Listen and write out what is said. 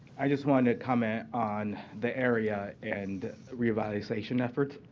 i just want to comment on the area and revitalization efforts.